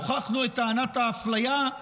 הוכחנו את טענת האפליה,